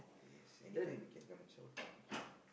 yes anytime you can come and shout